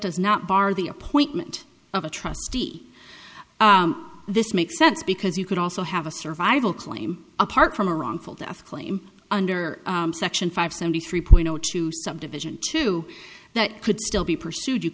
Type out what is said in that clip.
does not bar the appointment of a trustee this makes sense because you could also have a survival claim apart from a wrongful death claim under section five seventy three point zero two subdivision two that could still be pursued you